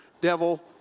devil